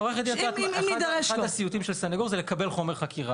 כעורכת דין את יודעת שאחד הסיוטים של עורך דין זה לקבל את חומר החקירה.